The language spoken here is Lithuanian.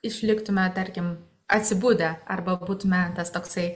išliktume tarkim atsibudę arba būtume tas toksai